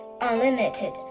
unlimited